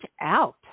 out